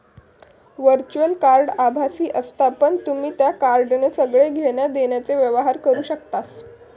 virtual card आभासी असता पण तुम्ही त्या कार्डान सगळे घेण्या देण्याचे व्यवहार करू शकतास